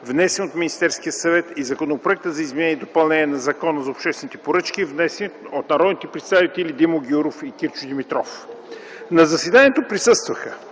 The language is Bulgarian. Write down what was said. внесен от Министерския съвет и Законопроекта за изменение и допълнение на Закона за обществените поръчки, внесен от н. п. Димо Гяуров и Кирчо Димитров. На заседанието присъстваха